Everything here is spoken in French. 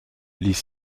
les